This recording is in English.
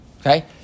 Okay